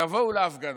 תבואו להפגנות.